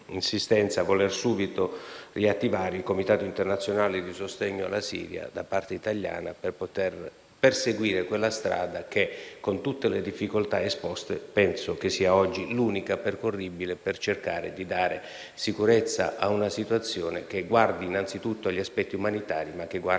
nell'insistenza a voler subito riattivare il comitato internazionale di sostegno alla Siria da parte italiana per potere proseguire sulla strada che, con tutte le difficoltà esposte, penso sia oggi l'unica percorribile per cercare di dare sicurezza a una situazione che guardi innanzitutto agli aspetti umanitari, ma anche in